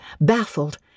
baffled